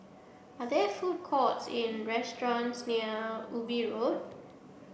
are there food courts in restaurants near Ubi Road